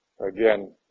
Again